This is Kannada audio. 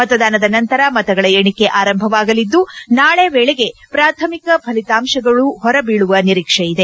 ಮತದಾನದ ನಂತರ ಮತಗಳ ಎಣಿಕೆ ಆರಂಭವಾಗಲಿದ್ದು ನಾಳೆ ವೇಳೆಗೆ ಪ್ರಾಥಮಿಕ ಫಲಿತಾಂಶಗಳು ಹೊರಬೀಳುವ ನಿರೀಕ್ಷೆ ಇದೆ